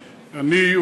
אני,